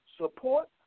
support